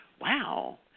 wow